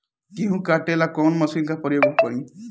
गेहूं काटे ला कवन मशीन का प्रयोग करी?